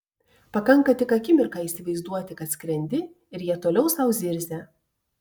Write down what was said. pakanka tik akimirką įsivaizduoti kad skrendi ir jie toliau sau zirzia